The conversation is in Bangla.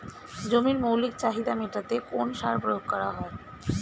জমির মৌলিক চাহিদা মেটাতে কোন সার প্রয়োগ করা হয়?